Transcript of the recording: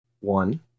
One